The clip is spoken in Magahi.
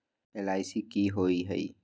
एल.आई.सी की होअ हई?